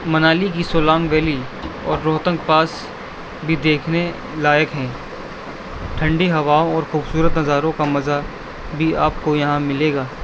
منالی کی سولانگ ویلی اور روہتانگ پاس بھی دیکھنے لائق ہیں ٹھنڈی ہواؤں اور خوبصورت نظاروں کا مزہ بھی آپ کو یہاں ملے گا